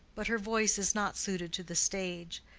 but her voice is not suited to the stage.